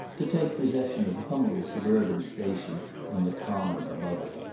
to take possession of a humble suburban station on the common above it.